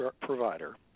provider